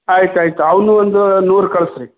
ಆಯ್ತು ಆಯ್ತು ಅವನು ಒಂದು ನೂರು ಕಳಿಸ್ರಿ